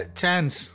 chance